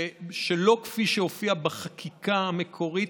שלא כפי שהופיע בחקיקה המקורית,